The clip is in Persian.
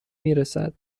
میرسد